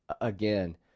again